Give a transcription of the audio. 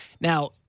Now